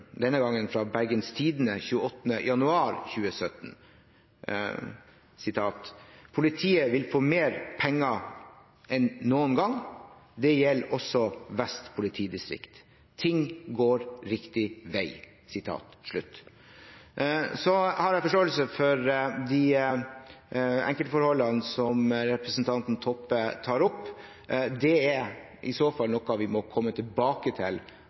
denne gangen fra Bergens Tidende 28. januar 2017: «Politiet får mer penger og flere folk enn noen gang, og det gjelder også Vest. Ting går riktig vei.» Så har jeg forståelse for de enkeltforholdene som representanten Toppe tar opp. Det er i så fall noe vi må komme tilbake til